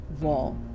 wall